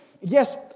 yes